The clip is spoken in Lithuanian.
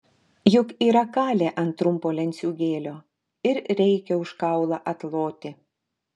juk yra kalę ant trumpo lenciūgėlio ir reikia už kaulą atloti